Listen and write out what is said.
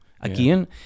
again